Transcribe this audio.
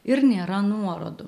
ir nėra nuorodų